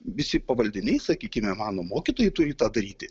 visi pavaldiniai sakykime mano mokytojai turi tą daryti